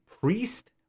priest